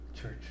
church